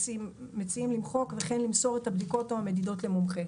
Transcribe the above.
מציעים למחוק "וכן למסור את הבדיקות או המדידות למומחה".